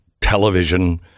television